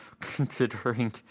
Considering